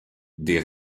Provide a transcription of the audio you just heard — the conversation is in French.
des